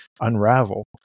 unravel